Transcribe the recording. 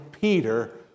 Peter